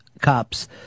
cops